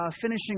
finishing